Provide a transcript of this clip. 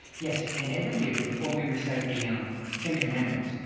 yes, and every year before we recite the um ten commandments,